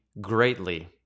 greatly